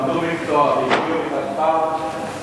למדו מקצוע והשקיעו מכספם,